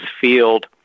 field